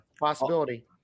Possibility